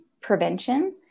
prevention